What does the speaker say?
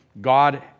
God